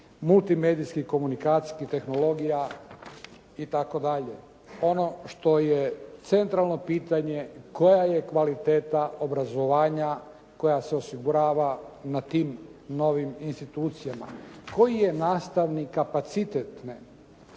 multimedijskih i komunikacijskih tehnologija itd. Ono što je centralno pitanje koja je kvaliteta obrazovanja koja se osigurava na tim novim institucijama, koji je nastavni kapacitet,